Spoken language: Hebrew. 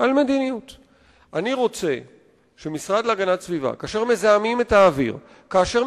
הטענה שלי היא שכאשר גורמים כמו